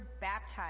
baptized